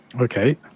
Okay